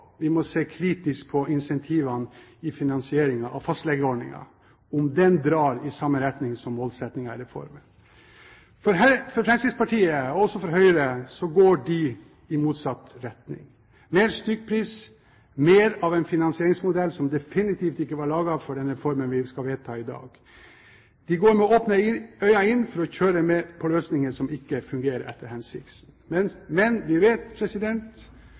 vi må se kritisk på om incentivene når det gjelder finansieringen av fastlegeordningen, drar i samme retning som målsettingen av reformen. Fremskrittspartiet og Høyre går i motsatt retning: mer stykkpris, mer av en finansieringsmodell som definitivt ikke var laget for den reformen vi skal vedta i dag. De går med åpne øyne inn for å kjøre på med løsninger som ikke fungerer etter hensikten, men vi vet